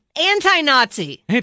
Anti-Nazi